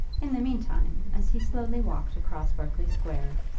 in the meantime, as he slowly walked across berkeley square,